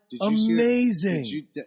amazing